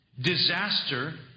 disaster